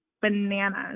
bananas